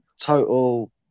total